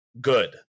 good